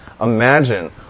Imagine